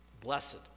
Blessed